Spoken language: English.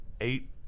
eight